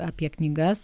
apie knygas